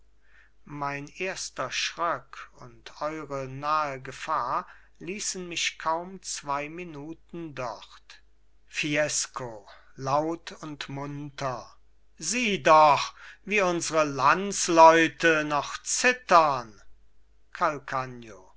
mein erster schröck und eure nahe gefahr ließen mich kaum zwei minuten dort fiesco laut und munter sieh doch wie unsre landsleute noch zittern